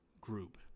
group